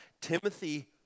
Timothy